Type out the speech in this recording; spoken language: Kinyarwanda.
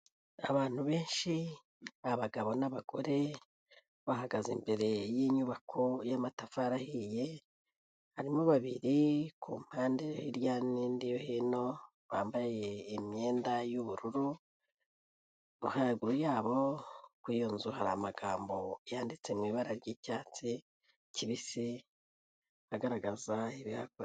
Abantu benshi ni abagabo n'abagore bahagaze imbere y'inyubako y'amatafari ahiye, harimo babiri ku mpande hirya n'indi yo hino bambaye imyenda y'ubururu, haraguru yabo kuri iyo nzu hari amagambo yanditse mu ibara ry'icyatsi kibisi agaragaza ibihakorerwa.